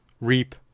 reap